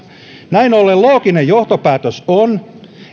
näin ollen looginen johtopäätös on